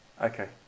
Okay